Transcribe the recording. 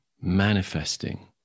manifesting